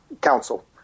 Council